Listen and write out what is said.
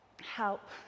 help